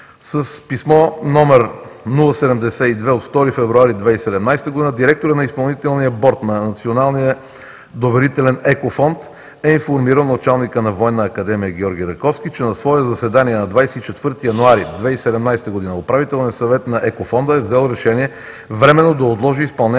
С писмо № 072 от 2 февруари 2017 г. директорът на Изпълнителния борд на Националния доверителен Екофонд е информирал началника на Военна академия „Георги Раковски“, че на свое заседание на 24 януари 2017 г. Управителният съвет на Екофонда е взел решение временно да отложи изпълнението